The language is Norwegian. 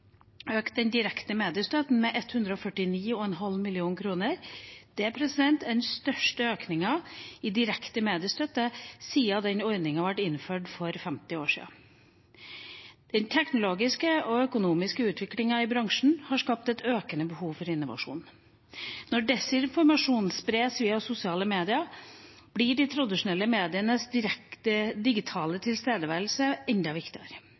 økt den direkte mediestøtten med 149,5 mill. kr. Det er den største økningen i direkte mediestøtte siden ordningen ble innført for 50 år siden. Den teknologiske og økonomiske utviklingen i bransjen har skapt et økende behov for innovasjon. Når desinformasjon spres via sosiale medier, blir de tradisjonelle medienes direkte digitale tilstedeværelse enda